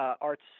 arts